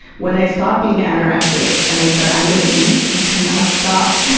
when i stopped being anorexic and i said, i'm gonna eat, i could not stop.